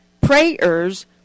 Prayers